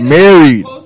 married